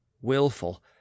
willful